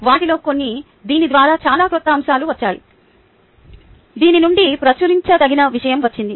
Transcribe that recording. వాటిలో కొన్ని దీని ద్వారా చాలా క్రొత్త అంశాలతో వచ్చాయి దీని నుండి ప్రచురించదగిన విషయం వచ్చింది